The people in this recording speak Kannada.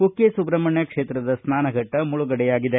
ಕುಕ್ಕೆ ಸುಬ್ರಹ್ಮಣ್ಯ ಕ್ಷೇತ್ರದ ಸ್ನಾನಘಟ್ಟ ಮುಳುಗಡೆಯಾಗಿದೆ